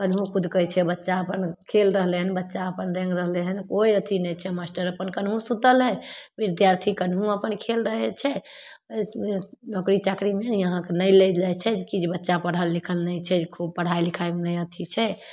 केनहु कुदकै छै बच्चा अपन खेल रहलै हँ बच्चा अपन डेङ्ग रहलै हँ कोइ अथी नहि छै मास्टर अपन केनहु सुतल हइ विद्यार्थी केनहु अपन खेल रहै छै नोकरी चाकरीमे यहाँके नहि लेल जाइ छै ई चीज बच्चा पढ़ल लिखल नहि छै खूब पढ़ाइ लिखाइमे नहि अथी छै